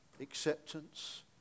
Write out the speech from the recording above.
acceptance